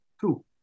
two